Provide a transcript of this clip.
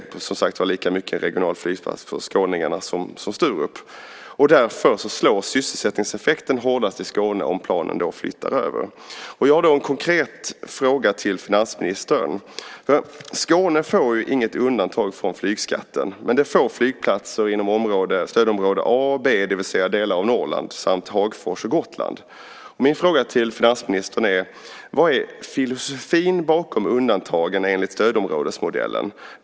Kastrup är lika mycket en regional flygplats för skåningarna som Sturup. Därför slår sysselsättningsffekten hårdast i Skåne om planen flyttar över. Jag har en konkret fråga till finansministern. Skåne får inget undantag från flygskatten, men det får flygplatser inom stödområdena A och B, det vill säga delar av Norrland samt Hagfors och Gotland. Vad är filosofin bakom undantagen enligt stödområdesmodellen?